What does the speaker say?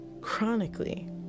chronically